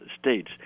states